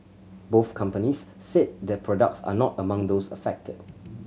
both companies said their products are not among those affected